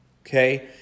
Okay